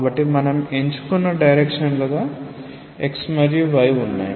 కాబట్టి మనము ఎంచుకున్న డైరెక్షన్ లుగా x మరియు y ఉన్నాయి